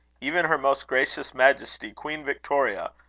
even her most gracious majesty, queen victoria,